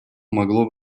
могло